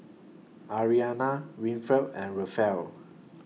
Arianna Winfred and Rafael